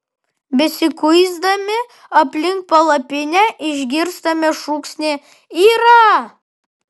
besikuisdami aplink palapinę išgirstame šūksnį yra